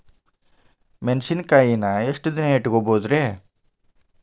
ಮೆಣಸಿನಕಾಯಿನಾ ಎಷ್ಟ ದಿನ ಇಟ್ಕೋಬೊದ್ರೇ?